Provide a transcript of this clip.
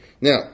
Now